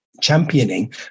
championing